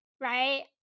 Right